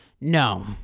no